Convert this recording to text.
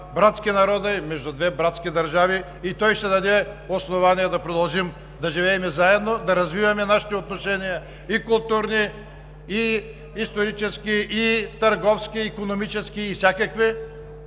братски народа и между две братски държави. Той ще даде основание да продължим да живеем заедно, да развиваме нашите отношения – и културни, и исторически, и търговско-икономически, и всякакви,